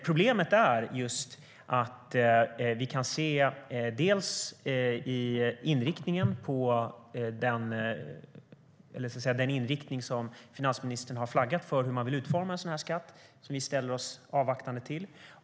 Problemet är just att vi kan se den inriktning som finansministern har flaggat för när det gäller hur man vill utforma en sådan skatt, som vi ställer oss avvaktande till.